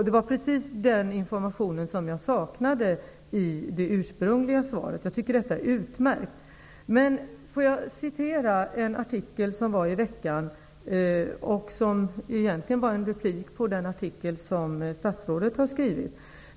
Det var precis den informationen som jag saknade i det ursprungliga svaret. Jag tycker att detta är utmärkt. Men låt mig citera en artikel som stod att läsa i veckan. Den är egentligen en replik på den artikel om statsrådet har skrivit.